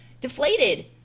deflated